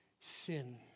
Sin